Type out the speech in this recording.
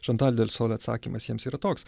šantal delsol atsakymas jiems yra toks